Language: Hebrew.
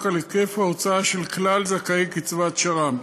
על היקף ההוצאה של כלל זכאי קצבת שר"מ.